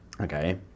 Okay